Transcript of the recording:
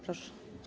Proszę.